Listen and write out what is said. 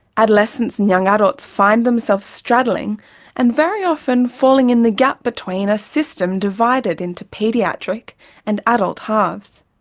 adolescents and young adults find themselves straddling and very often falling in the gap between a system divided into paediatric and adult halves,